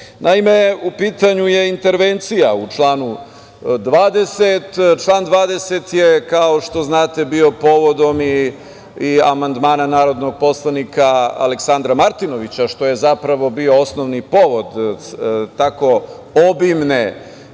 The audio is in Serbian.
u pitanju je intervencija u članu 20. Član 20. je, kao što znate, bio povodom i amandmana narodnog poslanika Aleksandra Martinovića, što je zapravo bio osnovni povod tako obimne